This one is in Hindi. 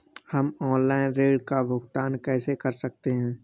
हम ऑनलाइन ऋण का भुगतान कैसे कर सकते हैं?